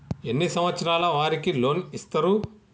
ఎన్ని సంవత్సరాల వారికి లోన్ ఇస్తరు?